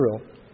Israel